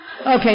Okay